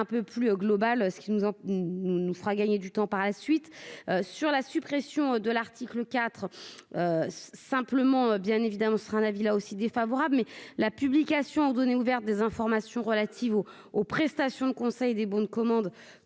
Un peu plus global, ce qui nous on nous fera gagner du temps par la suite sur la suppression de l'article IV simplement bien évidemment sera la villa aussi défavorable mais la publication ordonnée ouvert des informations relatives aux aux prestations de conseil des bons de commande